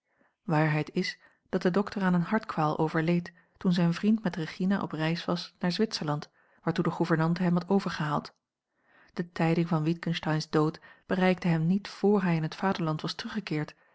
waarheid is dat de dokter aan eene hartkwaal overleed toen zijn vriend met regina op reis was naar zwitserland waartoe de gouvernante hem had overgehaald de tijding van witgensteyn's dood bereikte hem niet vr hij in het vaderland was teruggekeerd